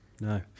no